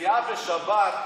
נסיעה בשבת,